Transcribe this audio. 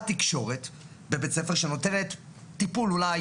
תקשורת בבית ספר שנותנת טיפול אולי,